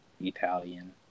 Italian